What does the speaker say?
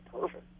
perfect